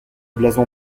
blason